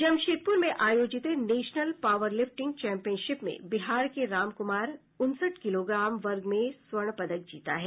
जमशेदपुर में आयोजित national powerlifting championship में बिहार के राम कुमार उनसठ किलोग्राम वर्ग में स्वर्ण पदक जीता है